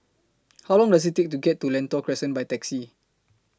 How Long Does IT Take to get to Lentor Crescent By Taxi